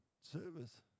service